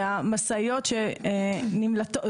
שהמשאיות שנמלטות,